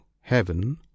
heaven